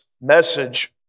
message